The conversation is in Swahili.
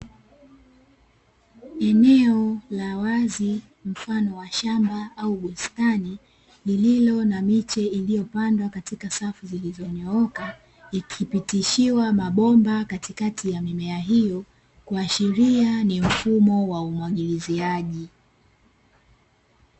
Eneo la wazi mfano wa shamba au bustani, lililo na miche iliyopandwa katika safu zilizonyooka, ikipitishiwa mabomba katikati ya mimea hiyo, kuashiria ni mfumo wa umwagiliziaji.